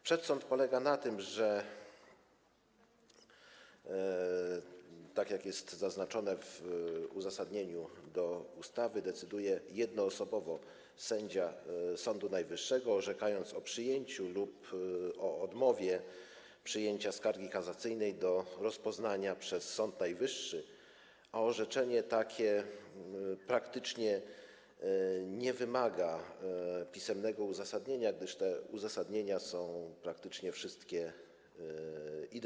Przedsąd polega na tym, że - jak wskazano w uzasadnieniu ustawy - decyduje jednoosobowo sędzia Sądu Najwyższego, orzekając o przyjęciu lub o odmowie przyjęcia skargi kasacyjnej do rozpoznania przez Sąd Najwyższy, a orzeczenie takie praktycznie nie wymaga pisemnego uzasadnienia, gdyż wszystkie te uzasadnienia są praktycznie identyczne.